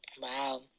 Wow